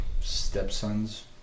stepson's